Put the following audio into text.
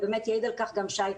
ויעיד על כך שי קלדרון,